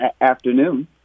afternoon